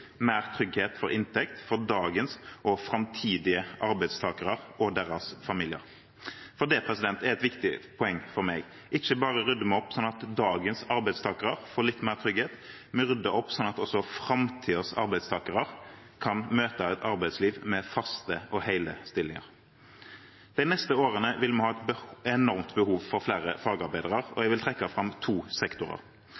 mer inkluderende arbeidsliv, mer trygghet for inntekt for dagens og framtidige arbeidstakere og deres familier. Det er et viktig poeng for meg. Ikke bare rydder vi opp slik at dagens arbeidstakere får litt mer trygghet, men vi rydder opp slik at også framtidens arbeidstakere kan møte et arbeidsliv med faste og hele stillinger. De neste årene vil vi ha et enormt behov for flere fagarbeidere.